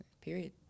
period